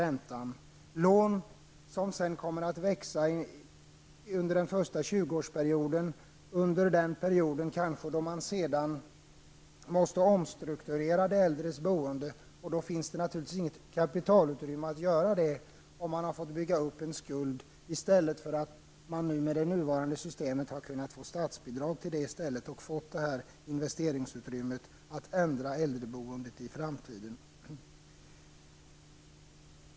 Dessa lån kommer sedan att växa under den första tjugoårsperioden, under den period då man kanske måste strukturera om de äldres boende. Det finns då kanske inget kapitalutrymme för att göra det om man har tvingats bygga upp en skuld i stället för att som med det nuvarande systemet få statsbidrag och kunna skapa ett investeringsutrymme för att ändra äldreboendet i framtiden.